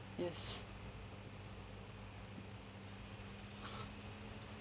yes